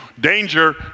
danger